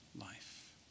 life